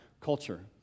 culture